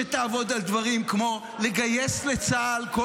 שתעבוד על דברים כמו לגייס לצה"ל כל